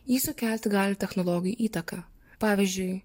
jį sukelti gali technologijų įtaka pavyzdžiui